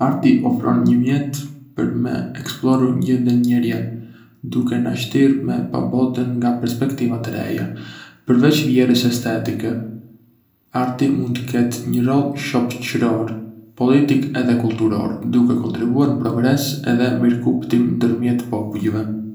Arti ofron një mjet për me eksploru gjendjen njëríe, duke na shtyrë me pa botën nga perspektiva të reja. Përveç vlerës estetike, arti mund të ketë një rol shoçëror, politik edhe kulturor, duke kontribuar në progres edhe mirëkuptim ndërmjet popujve.